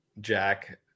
Jack